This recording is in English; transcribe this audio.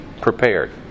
Prepared